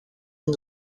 and